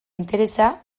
interesa